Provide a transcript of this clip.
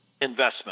investment